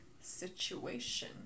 situation